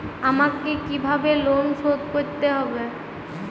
আমাকে কিভাবে লোন শোধ করতে হবে?